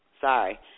Sorry